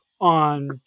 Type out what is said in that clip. on